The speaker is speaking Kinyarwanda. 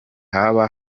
haba